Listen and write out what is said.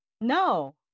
No